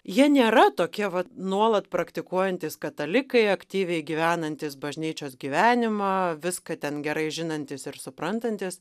jie nėra tokie vat nuolat praktikuojantys katalikai aktyviai gyvenantys bažnyčios gyvenimą viską ten gerai žinantys ir suprantantys